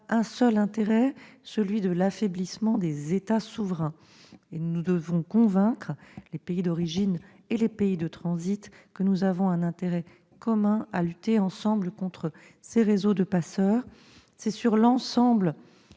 un seul intérêt : affaiblir les États souverains. Nous devons convaincre les pays d'origine et les pays de transit que nous avons un intérêt commun à lutter ensemble contre ces réseaux de passeurs. C'est sur l'ensemble